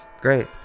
Great